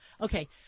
Okay